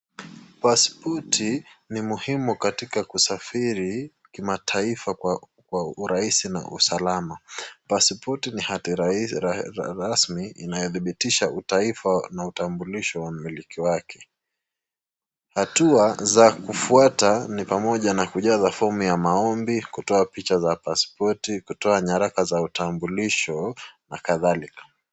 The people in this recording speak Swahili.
Paspoti ni muhimu katika kusafiri kimataifa kwa urahisi na usalama. Paspoti ni hadhi rasmi inayodhibitisha utaifa na utambulisho wa mmiliki wake. Hatua za kufuata ni pamoja na kujaza fomu ya maombi, kutoa picha za paspoti, kutoa nyaraka za utambulisho na kadhalika.